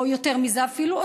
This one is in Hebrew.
או יותר מזה אפילו,